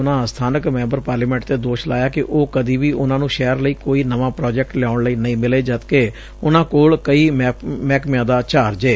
ਉਨੂਂ ਸਬਾਨਕ member parliament ਤੇ ਦੋਸ਼ ਲਾਇਆ ਕਿ ਉਹ ਕਦੀ ਵੀ ਉਨੂਂ ਨੂੰ ਸ਼ਹਿਰ ਲਈ ਕੋਈ ਨਵਾਂ ਪ੍ਰਾਜੈਕਟ ਲਿਆਉਣ ਲਈ ਨਹੀਂ ਮਿਲੇ ਜਦਕਿ ਉਨੂਾਂ ਕੋਲ ਕਈ ਮਹਿਕਮਿਆ ਦਾ ਚਾਰਜ ਏ